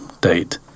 date